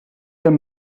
hem